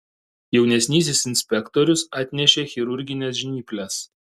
jaunesnysis inspektorius atnešė chirurgines žnyples